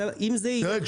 תראה,